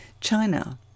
China